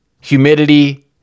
humidity